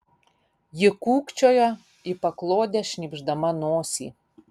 ji kūkčiojo į paklodę šnypšdama nosį